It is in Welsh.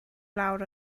lawr